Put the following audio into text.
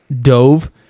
dove